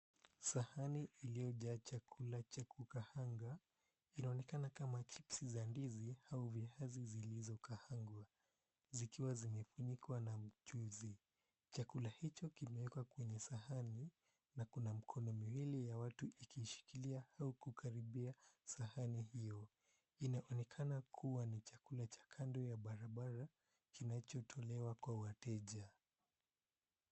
Sahani iliyojaa chakula cha kukaanga inaonekana kama (cs)chips(cs) za ndizi au viazi vilizokaangwa, zikiwa zimefunikwa na mchuzi, chakula hicho kimeekwa kwenye sahani na kuna mikono miwili ya watu ikiishikilia, huku karibia sahani hiyo inaonekana kuwa ni chakula za kando ya barabara kinachotolewa kwa wateja.